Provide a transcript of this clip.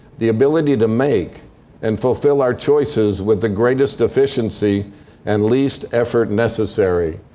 the ability to make and fulfill our choices with the greatest efficiency and least effort necessary.